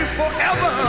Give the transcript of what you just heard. forever